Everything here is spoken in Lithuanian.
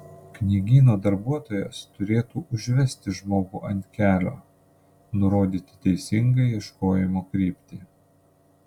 knygyno darbuotojas turėtų užvesti žmogų ant kelio nurodyti teisingą ieškojimo kryptį